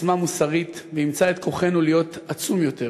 עוצמה מוסרית ואימצה את כוחנו להיות עצום יותר,